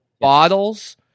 bottles